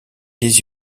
les